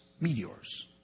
meteors